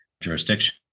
jurisdiction